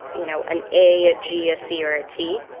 you know, an a, a g, a c or a t.